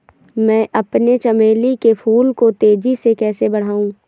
मैं अपने चमेली के फूल को तेजी से कैसे बढाऊं?